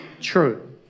true